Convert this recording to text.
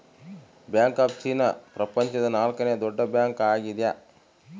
bank of China ಪ್ರಪಂಚದ ನಾಲ್ಕನೆ ದೊಡ್ಡ ಬ್ಯಾಂಕ್ ಆಗ್ಯದ